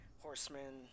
horsemen